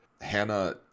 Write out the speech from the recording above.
hannah